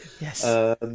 Yes